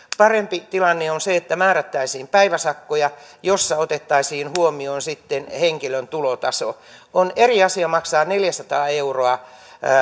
parempi tilanne olisi se että määrättäisiin päiväsakkoja joissa otettaisiin huomioon henkilön tulotaso on eri asia maksaa neljäsataa euroa